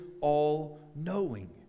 all-knowing